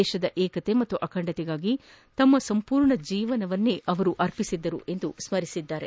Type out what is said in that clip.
ದೇಶದ ಏಕತೆ ಮತ್ತು ಅಖಂಡತೆಗಾಗಿ ಸಂಪೂರ್ಣ ಜೀವನವನ್ನೇ ಅರ್ಪಿಸಿದ್ದರು ಎಂದು ಸ್ಕರಿಸಿದ್ದಾರೆ